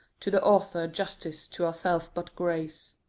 to the author justice, to ourselves but grace.